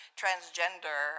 transgender